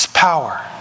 Power